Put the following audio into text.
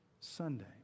Sunday